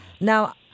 Now